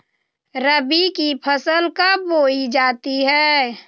रबी की फसल कब बोई जाती है?